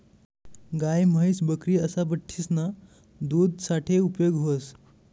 गाय, म्हैस, बकरी असा बठ्ठीसना दूध साठे उपेग व्हस